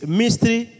mystery